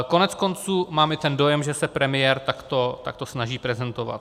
Koneckonců mám i ten dojem, že se premiér takto snaží prezentovat.